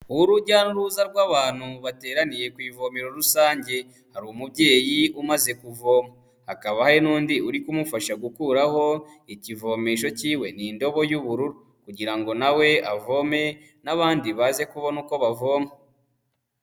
Urujya n'uruza rw'abantu bateraniye ku ivomero rusange. Hari umubyeyi umaze kuvoma. Hakaba hari n'undi uri kumufasha gukuraho ikivomesho kiwe. Ni indobo y'ubururu. Kugira ngo na we avome n'abandi baze kubona uko bavoma.